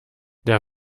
der